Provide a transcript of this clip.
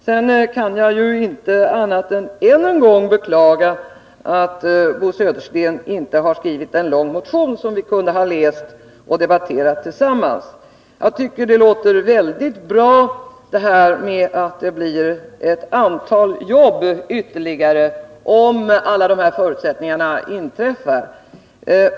Sedan kan jag inte annat än beklaga ännu en gång att inte Bo Södersten har skrivit en lång motion, som vi kunde ha läst och debatterat tillsammans. Jag tycker att det låter bra, att det blir ytterligare ett antal jobb om alla de nämnda förutsättningarna uppfylls.